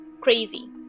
crazy